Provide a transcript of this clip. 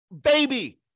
Baby